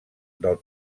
del